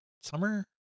summer